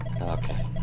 okay